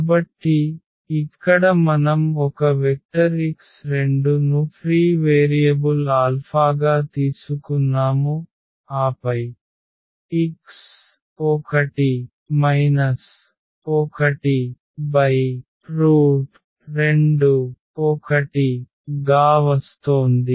కాబట్టి ఇక్కడ మనం ఒక వెక్టర్ X2 ను ఫ్రీ వేరియబుల్ ఆల్ఫాగా తీసుకున్నాము ఆపై x1 12 1 గా వస్తోంది